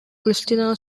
christina